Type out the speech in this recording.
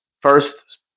first